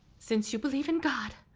since you believe in god,